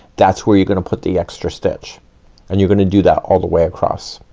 that's where you're gonna put the extra stitch and you're gonna do that all the way across.